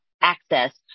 Access